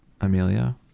amelia